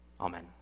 amen